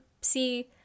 See